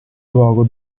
luogo